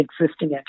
existing